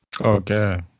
Okay